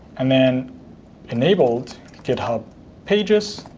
and then enabled github pages,